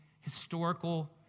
historical